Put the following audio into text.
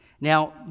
Now